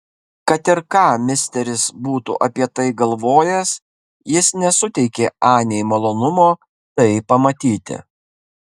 kad ir ką misteris būtų apie tai galvojęs jis nesuteikė anei malonumo tai pamatyti